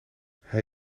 hij